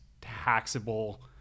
taxable